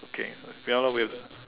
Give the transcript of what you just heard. okay piano with